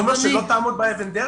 זה אומר שלא תעמוד באבן הדרך?